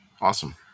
Awesome